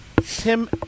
Tim